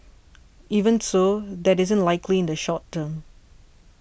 even so that isn't likely in the short term